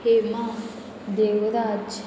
Hema Devraj